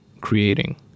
creating